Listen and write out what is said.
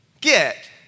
get